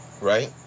right